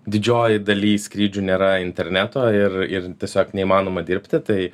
didžiojoj daly skrydžių nėra interneto ir ir tiesiog neįmanoma dirbti tai